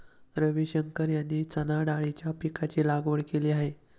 रविशंकर यांनी चणाडाळीच्या पीकाची लागवड केली आहे